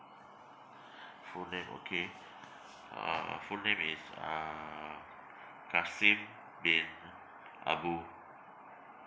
full name okay uh uh uh full name is uh kasim bin abu